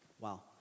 Wow